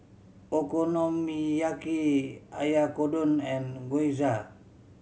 Okonomiyaki and Gyoza